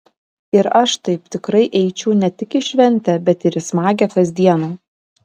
ir aš taip tikrai eičiau ne tik į šventę bet ir į smagią kasdieną